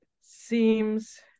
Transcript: seems